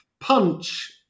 Punch